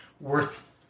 worth